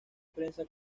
prensa